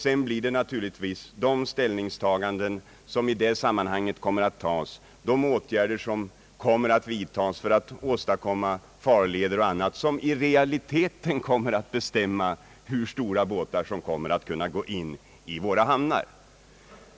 Sedan får naturligtvis de ställningstaganden som i det sammanhanget kommer att tas, de åtgärder som kommer att vidtas för att åstadkomma farleder och annat, i realiteten bestämma hur stora båtar som kommer att kunna gå in i våra hamnar.